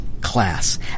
class